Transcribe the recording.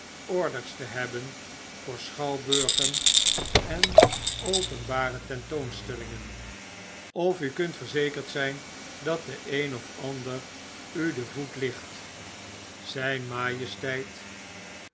orders te hebben voor schouwburgen en openbare tentoonstellingen of gy kunt verzekerd zijn dat de een of ander u den voet ligt zyn majesteit